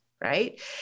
right